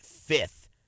fifth